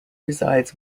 resides